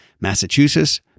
Massachusetts